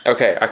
Okay